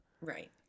right